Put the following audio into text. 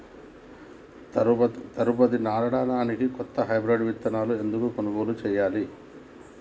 తదుపరి నాడనికి కొత్త హైబ్రిడ్ విత్తనాలను ఎందుకు కొనుగోలు చెయ్యాలి?